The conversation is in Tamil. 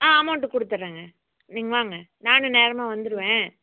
ஆ அமௌண்ட் கொடுத்துட்றங்க நீங்கள் வாங்க நானும் நேரமாக வந்துடுவேன்